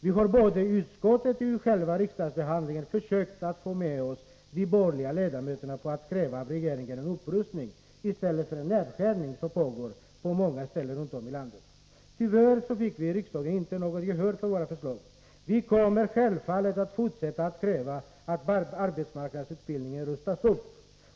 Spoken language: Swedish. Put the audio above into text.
Vi har både i utskottet och i själva riksdagsbehandlingen försökt att få med oss de borgerliga ledamöterna på att kräva av regeringen en upprustning i stället för den nedskärning som pågår på många ställen runt om i landet. Tyvärr så fick vi i riksdagen inte något gehör för våra förslag. Vi kommer självfallet att fortsätta att kräva att arbetsmarknadsutbildningen rustas upp.